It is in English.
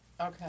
Okay